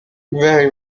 very